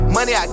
Money